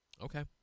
Okay